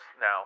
now